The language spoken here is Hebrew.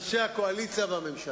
אתה פה רומני, כן, אילן?